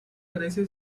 grecia